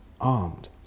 armed